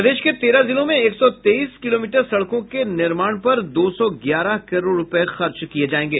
प्रदेश के तेरह जिलों में एक सौ तेईस किलोमीटर सड़कों के निर्माण पर दो सौ ग्यारह करोड़ रूपये खर्च किये जायेंगे